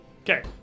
Okay